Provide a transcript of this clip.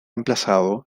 emplazado